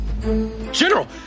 General